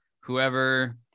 whoever